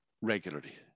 regularly